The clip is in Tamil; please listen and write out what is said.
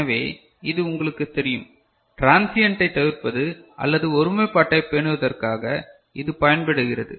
எனவே இது உங்களுக்குத் தெரியும் டிரான்சியன்ட்ஸ்ஐ தவிர்ப்பது அல்லது ஒருமைப்பாட்டை பேணுவதற்காக இது பயன்படுகிறது